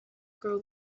grow